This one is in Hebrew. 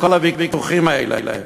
בכל הוויכוחים האלה.